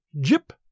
Jip